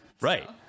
right